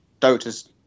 Dota's